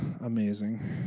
amazing